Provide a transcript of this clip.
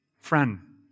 Friend